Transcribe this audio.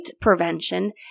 prevention